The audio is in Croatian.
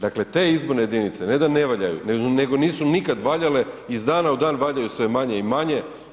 Dakle, te izborne jedinice, ne da ne valjaju, nego nisu nikad valjale i iz dana u dan valjaju sve manje i manje.